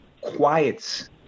quiets